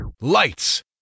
Lights